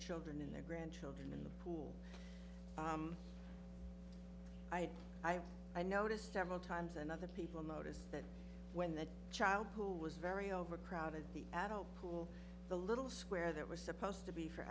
children and their grandchildren and i i noticed several times and other people noticed that when the child who was very overcrowded the adult pool the little square that was supposed to be for